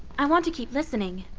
i want to keep listening.